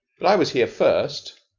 but i was here first,